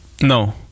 no